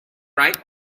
right